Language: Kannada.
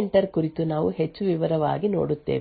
ಎಂಟರ್ ಕುರಿತು ನಾವು ಹೆಚ್ಚು ವಿವರವಾಗಿ ನೋಡುತ್ತೇವೆ